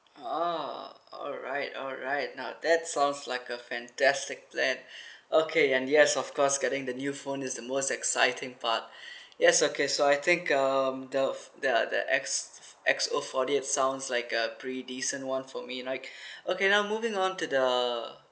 oh alright alright now that sounds like a fantastic plan okay and yes of course getting the new phone is the most exciting part yes okay so I think um the the the X~ X_O forty eight sounds like a pretty decent one for me right okay now moving on to the